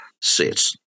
sets